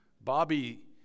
Bobby